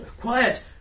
Quiet